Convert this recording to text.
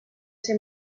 ser